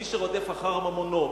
מי שרודף אחר ממונו,